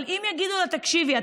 אבל אם יגידו לה: תקשיבי,